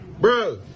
bro